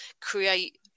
create